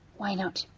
why not?